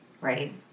right